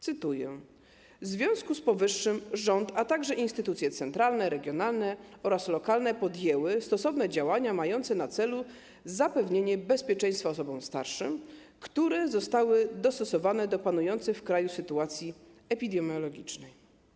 Cytuję: ˝W związku z powyższym rząd, a także instytucje centralne, regionalne oraz lokalne podjęły stosowne działania mające na celu zapewnienie bezpieczeństwa osobom starszym, które zostały dostosowane do panującej w kraju sytuacji epidemiologicznej˝